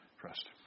Trust